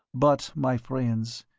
but, my friends,